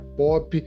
pop